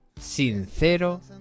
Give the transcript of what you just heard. sincero